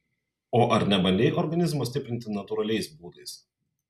o ar nebandei organizmo stiprinti natūraliais būdais